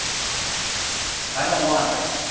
oh my gosh. i don't want that.